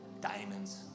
diamonds